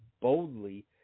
boldly